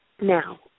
now